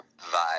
vibe